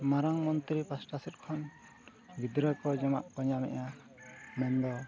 ᱢᱟᱨᱟᱝ ᱢᱚᱱᱛᱨᱤ ᱯᱟᱥᱴᱟ ᱥᱮᱫ ᱠᱷᱚᱱ ᱜᱤᱫᱽᱨᱟᱹ ᱠᱚ ᱡᱚᱢᱟᱜ ᱠᱚ ᱧᱟᱢᱮᱜᱼᱟ ᱢᱮᱱᱫᱚ